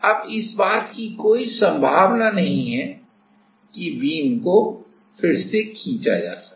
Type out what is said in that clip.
अब इस बात की कोई संभावना नहीं है कि बीम को फिर से खींचा जा सके